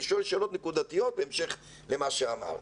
אני שואל שאלות נקודתיות בהמשך למה שאמרת.